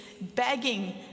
begging